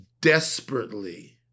desperately